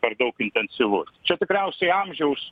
per daug intensyvu čia tikriausiai amžiaus